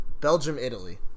Belgium-Italy